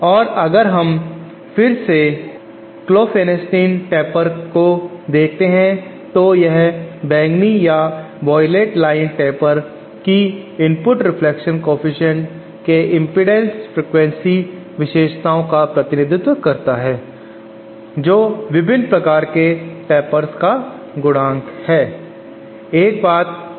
और अगर हम फिर से क्लोफेनेस्टीन टेपर को देखते हैं तो यह बैंगनी या वॉयलेट लाइन टेपर की इनपुट रिफ्लेक्शन कॉएफिशिएंट के इम्पीडन्स आवृत्ति फ्रीक्वेंसी विशेषताओं का प्रतिनिधित्व करता है जो विभिन्न प्रकार के टेपर का गुणांक होता है और यह बैंगनी लाइन क्लोफेनेस्टीन टेपर की विशेषताओं को दर्शाती है